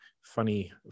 funny